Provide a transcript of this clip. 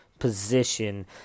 position